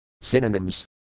Synonyms